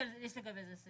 יש סעיף לגבי זה.